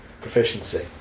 proficiency